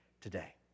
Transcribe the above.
today